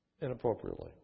inappropriately